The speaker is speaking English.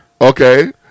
Okay